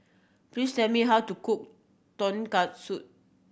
please tell me how to cook Tonkatsu